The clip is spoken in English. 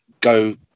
go